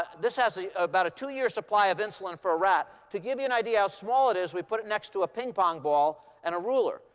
this has about a two year supply of insulin for a rat. to give you an idea how small it is, we put it next to a ping pong ball and a ruler.